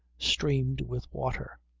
streamed with water.